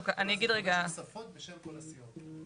חמש נוספות בשם כל הסיעות.